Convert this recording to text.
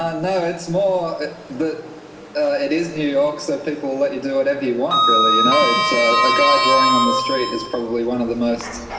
ah no. it's more but ah it is new york so people let you do whatever you want really. you know it's ah a guy drawing on the street is probably one of the most